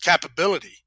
capability